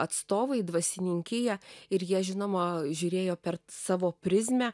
atstovai dvasininkija ir jie žinoma žiūrėjo per savo prizmę